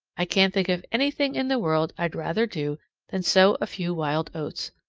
i can't think of anything in the world i'd rather do than sow a few wild oats.